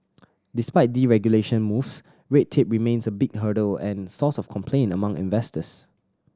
despite deregulation moves red tape remains a big hurdle and source of complaint among investors